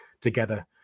together